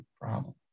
problem